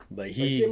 but he